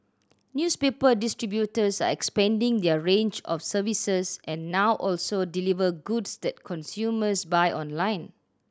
newspaper distributors are expanding their range of services and now also deliver goods that consumers buy online